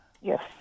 Yes